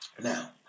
now